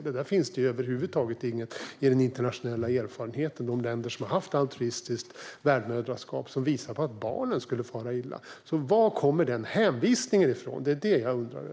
Det finns över huvud taget inget i den internationella erfarenheten bland de länder som har altruistiskt värdmoderskap som visar att barnen skulle fara illa. Var kommer den hänvisningen från?